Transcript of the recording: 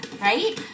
right